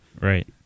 Right